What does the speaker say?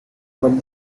but